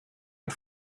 und